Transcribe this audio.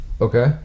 Okay